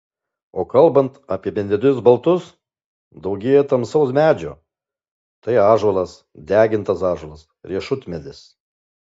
o kalbant apie medinius baldus daugėja tamsaus medžio tai ąžuolas degintas ąžuolas riešutmedis